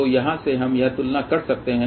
तो यहाँ से हम यह तुलना कर सकते हैं